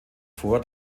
vor